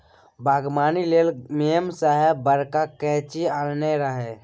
बागबानी लेल मेम साहेब बड़का कैंची आनने रहय